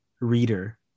reader